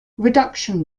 reduction